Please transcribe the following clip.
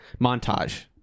montage